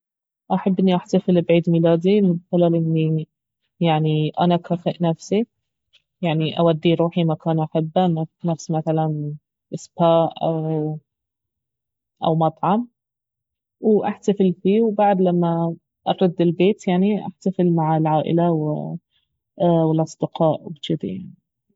احب اني احتفل بعيد ميلادي من خلال اني يعني انا اكافئ نفسي يعني اودي روحي مكان احبه نفس مثلا سبا او- او مطعم واحتفل فيه وبعد لما ارد البيت يعني احتفل مع العائلة والأصدقاء وجذي يعني